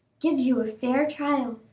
give you a fair trial!